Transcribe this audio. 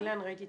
ראיתי את